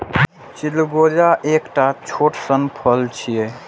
चिलगोजा एकटा छोट सन फल छियै